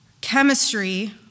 chemistry